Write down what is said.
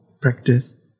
practice